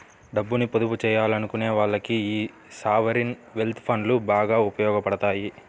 డబ్బుని పొదుపు చెయ్యాలనుకునే వాళ్ళకి యీ సావరీన్ వెల్త్ ఫండ్లు బాగా ఉపయోగాపడతాయి